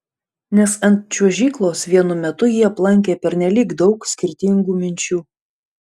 nes ant čiuožyklos vienu metu jį aplankė pernelyg daug skirtingų minčių